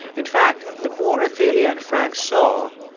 in fact, the more athalia and frank saw,